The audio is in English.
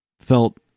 felt